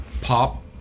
pop